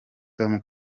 tom